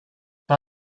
par